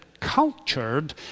cultured